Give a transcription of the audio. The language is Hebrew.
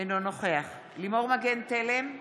אינו נוכח לימור מגן תלם,